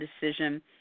decision